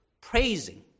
praising